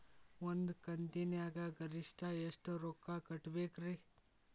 ಒಂದ್ ಕಂತಿನ್ಯಾಗ ಗರಿಷ್ಠ ಎಷ್ಟ ರೊಕ್ಕ ಕಟ್ಟಬೇಕ್ರಿ?